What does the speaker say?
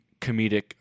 comedic